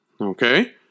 Okay